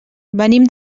venim